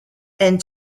and